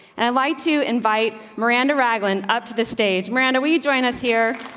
and i like to invite miranda raglan up to the stage. miranda, will you join us here?